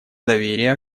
доверие